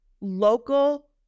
local